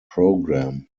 program